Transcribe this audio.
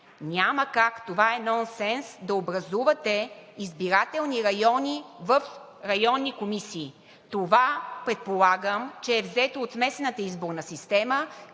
Няма как – това е нонсенс, да образувате избирателни райони в районни комисии. Това предполага, че е взето от местната изборна система,